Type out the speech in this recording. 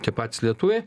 tie patys lietuviai